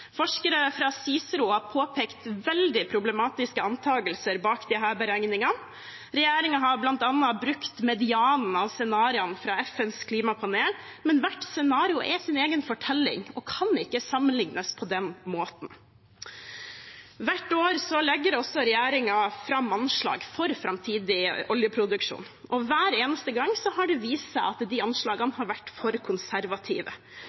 Forskere fra Cicero har påpekt veldig problematiske antakelser bak disse beregningene. Regjeringen har bl.a. brukt medianen av scenarioene fra FNs klimapanel, men hvert scenario er en egen fortelling og kan ikke sammenliknes på den måten. Hvert år legger regjeringen også fram anslag for framtidig oljeproduksjon. Hver eneste gang har det vist seg at de anslagene har vært for konservative.